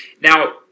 Now